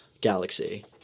galaxy